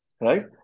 Right